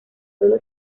solo